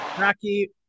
Rocky